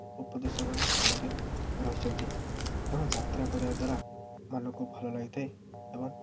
ଉପଦେଶ ଏବଂ ଭଲରେ ରହିଛନ୍ତି ଏବଂ ଯାତ୍ରା କରିବା ଦ୍ୱାରା ଆମମାନଙ୍କୁ ଭଲ ଲାଗିଥାଏ ଏବଂ